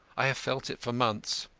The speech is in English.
i have felt it for months.